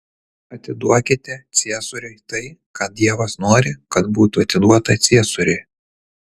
atiduokite ciesoriui tai ką dievas nori kad būtų atiduota ciesoriui